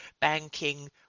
banking